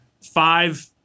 Five